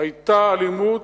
היתה אלימות,